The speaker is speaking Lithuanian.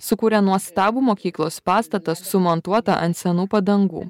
sukūrė nuostabų mokyklos pastatą sumontuotą ant senų padangų